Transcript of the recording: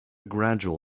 gradual